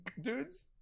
dudes